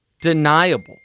deniable